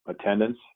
attendance